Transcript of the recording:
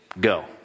Go